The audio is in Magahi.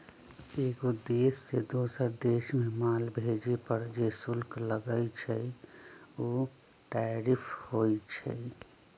एगो देश से दोसर देश मे माल भेजे पर जे शुल्क लगई छई उ टैरिफ होई छई